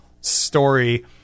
story